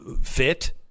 fit